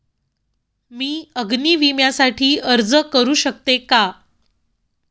मी अग्नी विम्यासाठी अर्ज करू शकते का?